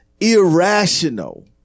irrational